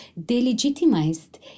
delegitimized